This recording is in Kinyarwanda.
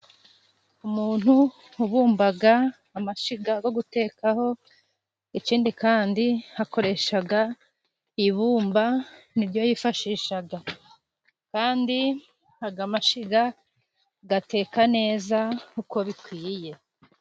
Umuntu ubumba amashiga yo gutekaho, ikindi kandi akoresha ibumba, ni ryo yifashisha. Kandi aya mashiga ateka neza nk'uko bikwiye.